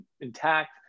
intact